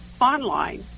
online